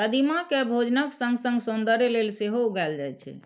कदीमा कें भोजनक संग संग सौंदर्य लेल सेहो उगायल जाए छै